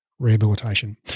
rehabilitation